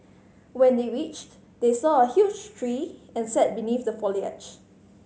when they reached they saw a huge tree and sat beneath the foliage